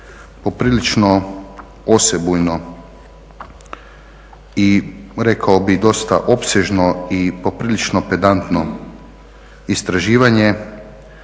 poprilično osebujno i rekao bih dosta opsežno, i poprilično pedantno istraživanje